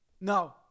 No